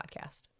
Podcast